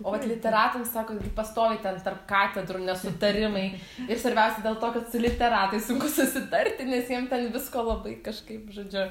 ot vat literatams sako gi pastoviai ten tarp katedrų nesutarimai ir svarbiausia dėl to kad su literatais sunku susitarti nes jiem ten visko labai kažkaip žodžiu